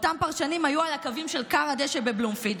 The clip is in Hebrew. אותם פרשנים היו על הקווים של כר הדשא בבלומפילד,